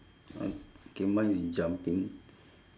okay mine is jumping